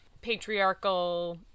patriarchal